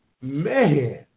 Man